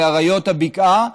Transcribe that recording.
באריות הבקעה,